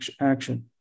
action